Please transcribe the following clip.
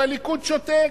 והליכוד שותק?